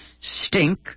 stink